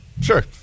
Sure